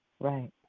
Right